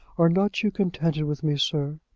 are not you contented with me, sir?